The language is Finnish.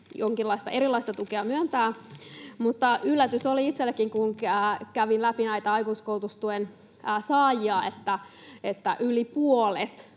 jonkinlaista erilaista tukea myöntää. Yllätys oli itselläkin, kun kävin läpi näitä aikuiskoulutustuen saajia, että yli puolella